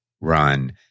run